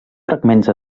fragments